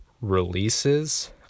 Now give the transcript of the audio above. releases